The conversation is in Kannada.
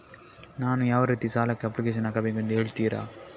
ನಾನು ಯಾವ ರೀತಿ ಸಾಲಕ್ಕೆ ಅಪ್ಲಿಕೇಶನ್ ಹಾಕಬೇಕೆಂದು ಹೇಳ್ತಿರಾ?